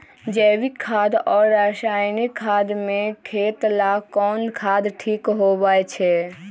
जैविक खाद और रासायनिक खाद में खेत ला कौन खाद ठीक होवैछे?